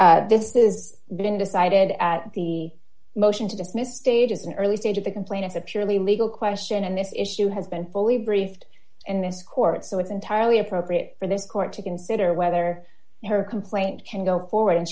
is been decided at the motion to dismiss status an early stage of the complaint is a purely legal question and this issue has been fully briefed in this court so it's entirely appropriate for this court to consider whether her complaint can go forward and